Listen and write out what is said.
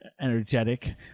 energetic